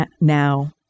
now